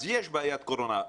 אז יש בעיית קורונה.